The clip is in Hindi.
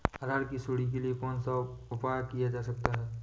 अरहर की सुंडी के लिए कौन सा उपाय किया जा सकता है?